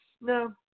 no